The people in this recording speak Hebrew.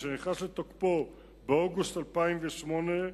שנכנס לתוקפו באוגוסט 2008,